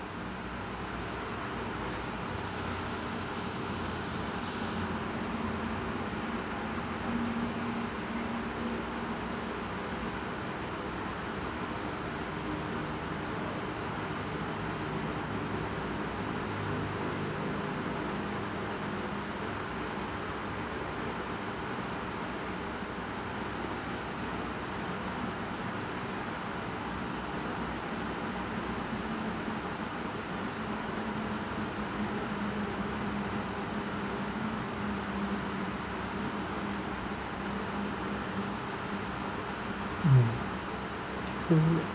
mm so